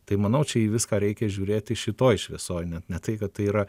tai manau čia į viską reikia žiūrėti šitoj šviesoj net ne tai kad tai yra